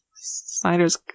snyder's